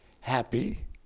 happy